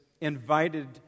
invited